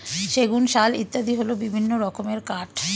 সেগুন, শাল ইত্যাদি হল বিভিন্ন রকমের কাঠ